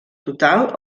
total